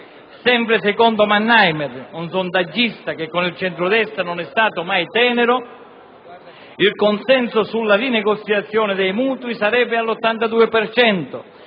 Sempre secondo Mannheimer, un sondaggista che con il centrodestra non è mai stato tenero, il consenso sulla rinegoziazione dei mutui sarebbe all'82